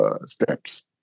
steps